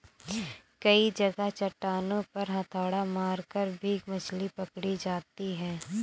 कई जगह चट्टानों पर हथौड़ा मारकर भी मछली पकड़ी जाती है